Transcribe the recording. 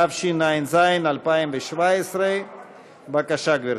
התשע"ז 2017. בבקשה, גברתי.